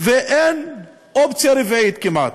ואין אופציה רביעית כמעט.